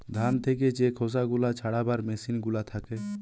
ধান থেকে যে খোসা গুলা ছাড়াবার মেসিন গুলা থাকে